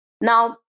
Now